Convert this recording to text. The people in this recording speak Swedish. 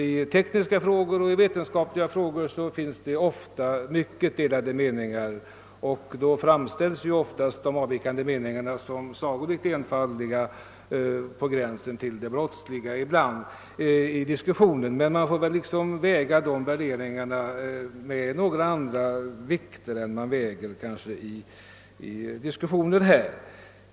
I tekniska och vetenskapliga frågor förekommer ofta mycket delade meningar, och de avvikande uppfattningarna framställs många gånger i diskussionen av motparten som sagolikt enfaldiga och ibland nästan på gränsen till det brottsliga. Man får emellertid försöka väga dessa värderingar med andra vikter än de som vi använder i våra diskussioner här i kammaren.